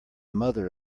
mother